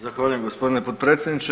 Zahvaljujem gospodine potpredsjedniče.